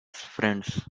friends